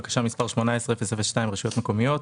בקשה מספר 18-002 רשויות מקומיות.